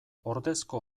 ordezko